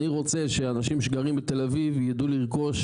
אני רוצה שאנשים שגרים בתל אביב ידעו לרכוש